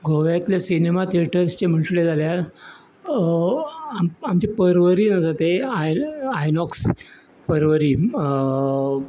गोंव्यातले cinema थिएटरचे म्हटलें जाल्यार आम आमच्या पर्वरींत आसा तें आयनॉक्स पर्वरी